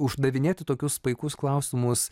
uždavinėti tokius paikus klausimus